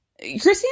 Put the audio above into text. Christine